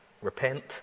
Repent